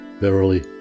Verily